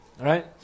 Right